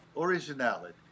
originality